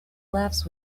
laughs